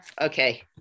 Okay